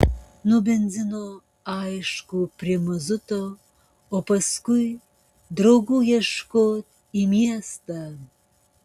nuo benzino aišku prie mazuto o paskui draugų ieškot į miestą